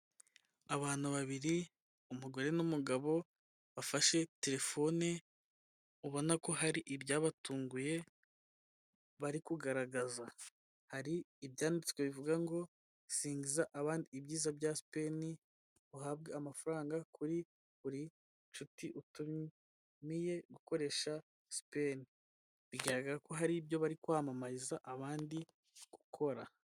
Abantu babiri umugore n'umugabo bafashe telefone ubona ko hari ibyabatunguye bari kugaragaza hari ibyanditswe bivuga ngo singiza abandi ibyiza bya sipeni uhabwe amafaranga kuri buri nshuti utumiye gukoresha sipeni bigaragara ko hari ibyo bari kwamamariza abandi gukora.